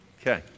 Okay